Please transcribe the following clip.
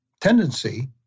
tendency